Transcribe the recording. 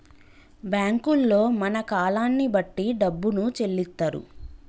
బ్యాంకుల్లో మన కాలాన్ని బట్టి డబ్బును చెల్లిత్తరు